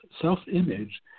self-image